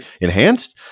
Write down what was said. enhanced